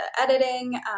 editing